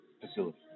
facility